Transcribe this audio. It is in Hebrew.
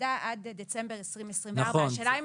לוועדה עד דצמבר 2024. השאלה היא אם